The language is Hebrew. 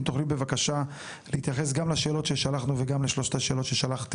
אם תוכלי בבקשה להתייחס גם לשאלות ששלחנו וגם לשלוש השאלות ששאלתי